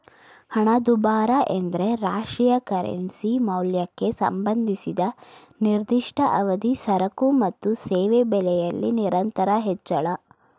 ಹಣದುಬ್ಬರ ಎಂದ್ರೆ ರಾಷ್ಟ್ರೀಯ ಕರೆನ್ಸಿ ಮೌಲ್ಯಕ್ಕೆ ಸಂಬಂಧಿಸಿದ ನಿರ್ದಿಷ್ಟ ಅವಧಿ ಸರಕು ಮತ್ತು ಸೇವೆ ಬೆಲೆಯಲ್ಲಿ ನಿರಂತರ ಹೆಚ್ಚಳ